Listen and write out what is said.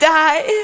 die